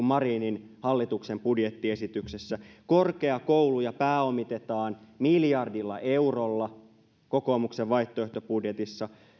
marinin hallituksen budjettiesityksessä korkeakouluja pääomitetaan miljardilla eurolla kokoomuksen vaihtoehtobudjetissa